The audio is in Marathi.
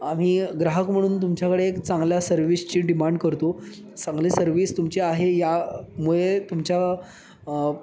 आम्ही ग्राहक म्हणून तुमच्याकडे एक चांगल्या सर्विसची डिमांड करतो चांगली सर्विस तुमची आहे या मुळे तुमच्या